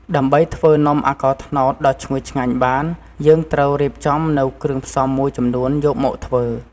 ដើម្បីធ្វើនំអាកោរត្នោតដ៏ឈ្ងុយឆ្ងាញ់បាន យើងត្រូវរៀបចំនូវគ្រឿងផ្សំមួយចំនួនយកមកធ្វើ។